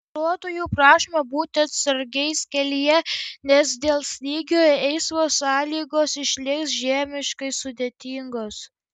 vairuotojų prašoma būti atsargiais kelyje nes dėl snygio eismo sąlygos išliks žiemiškai sudėtingos